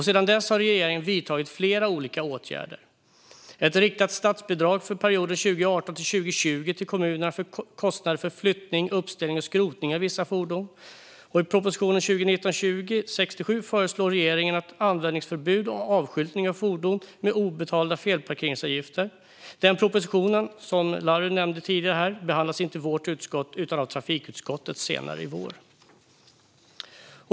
Sedan dess har regeringen vidtagit flera olika åtgärder, bland annat ett riktat statsbidrag för perioden 2018-2020 till kommunerna för kostnader för flyttning, uppställning och skrotning av vissa fordon. I proposition 2019/20:67 föreslår regeringen också användningsförbud och avskyltning av fordon med obetalda felparkeringsavgifter. Den propositionen behandlas, som Larry tidigare nämnde, inte av vårt utskott utan av trafikutskottet senare i vår.